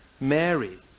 Mary